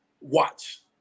Watch